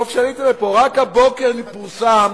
טוב שעלית לפה, רק הבוקר פורסם,